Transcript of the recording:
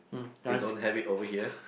they don't have it over here